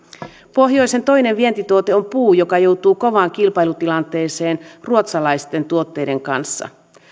pohjoisen toinen vientituote on puu joka joutuu kovaan kilpailutilanteeseen ruotsalaisten tuotteiden kanssa